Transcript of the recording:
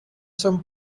some